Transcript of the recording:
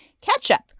ketchup